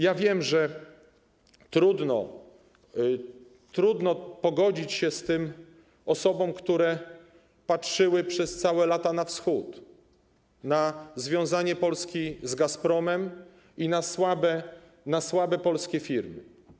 Ja wiem, że trudno pogodzić się z tym osobom, które patrzyły przez całe lata na Wschód, na związanie Polski z Gazpromem i na słabe polskie firmy.